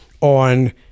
on